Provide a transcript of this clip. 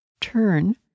Turn